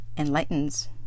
enlightens